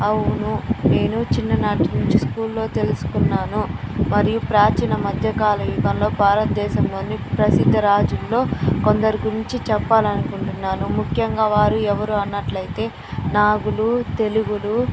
అవును నేను చిన్ననాటి నుంచి స్కూల్లో తెలుసుకున్నాను మరియు ప్రాచీన మధ్యకాల యుగంలో భారత దేశంలోని ప్రసిద్ధ రాజుల్లో కొంద రి గురించి చెప్పాలి అనుకుంటున్నాను ముఖ్యంగా వారు ఎవరు అన్నట్లయితే నాగులు తెలుగులు